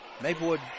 Maplewood